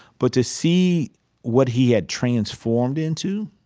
but to see what he had transformed into,